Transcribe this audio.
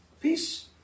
Peace